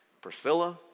Priscilla